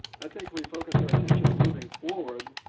i think we focus our attention moving forward,